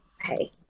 hey